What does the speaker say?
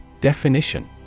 Definition